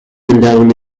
andarono